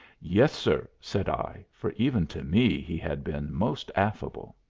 yes, sir, said i, for even to me he had been most affable.